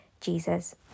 Jesus